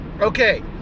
Okay